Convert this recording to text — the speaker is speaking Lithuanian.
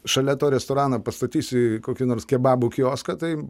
šalia to restorano pastatysi kokį nors kebabų kioską tai